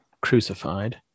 crucified